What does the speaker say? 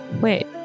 Wait